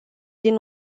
din